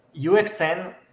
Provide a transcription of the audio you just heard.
UXN